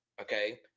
Okay